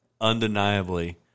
undeniably